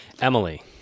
Emily